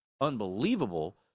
unbelievable